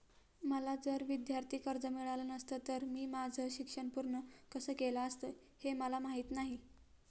मला जर विद्यार्थी कर्ज मिळालं नसतं तर मी माझं शिक्षण पूर्ण कसं केलं असतं, हे मला माहीत नाही